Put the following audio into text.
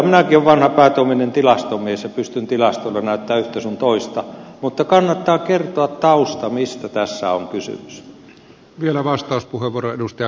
minäkin olen vanha päätoiminen tilastomies ja pystyn tilastoilla näyttämään yhtä sun toista mutta kannattaa kertoa tausta mistä tässä on kysymys